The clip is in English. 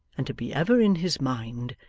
and to be ever in his mind,